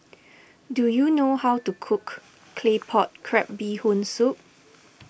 do you know how to cook Claypot Crab Bee Hoon Soup